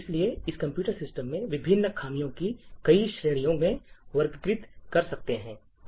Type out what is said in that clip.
इसलिए हम computer system में विभिन्न खामियों को कई श्रेणियों में वर्गीकृत कर सकते हैं